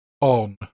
on